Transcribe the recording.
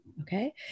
okay